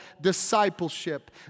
discipleship